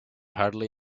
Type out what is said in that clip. hardly